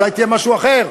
אולי תהיה משהו אחר,